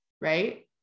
right